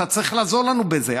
אתה צריך לעזור לנו בזה,